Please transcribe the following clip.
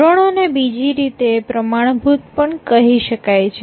ધોરણો ને બીજી રીતે પ્રમાણભૂત પણ કહી શકાય છે